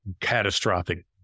catastrophic